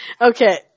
Okay